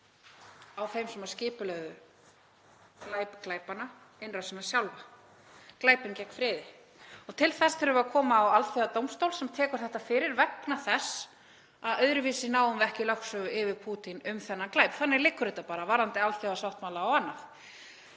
og þá sem skipulögðu glæp glæpanna, innrásina sjálfa, glæpinn gegn friði. Til þess þurfum við að koma á alþjóðadómstól sem tekur þetta fyrir vegna þess að öðruvísi náum við ekki lögsögu yfir Pútín um þennan glæp. Þannig liggur þetta bara varðandi alþjóðasáttmála og annað.